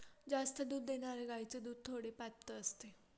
जास्त दूध देणाऱ्या गायीचे दूध थोडे पातळ असते